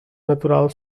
natural